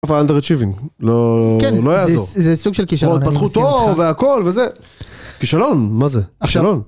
אנדר הצ'יבינג, לא, לא יעזור. כן, שזה סוג של כישרון הכל וזה כישלון מה זה, כישלון.